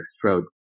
throat